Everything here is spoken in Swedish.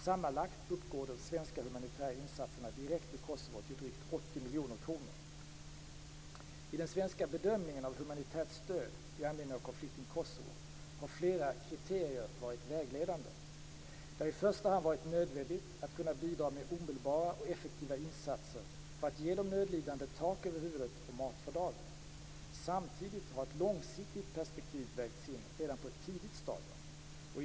Sammanlagt uppgår de svenska humanitära insatserna direkt till Kosovo till drygt 80 I den svenska bedömningen av humanitärt stöd i anledning av konflikten i Kosovo har flera kriterier varit vägledande. Det har i första hand varit nödvändigt att kunna bidra med omedelbara och effektiva insatser för att ge de nödlidande tak över huvudet och mat för dagen. Samtidigt har ett långsiktigt perspektiv vägts in redan på ett tidigt stadium.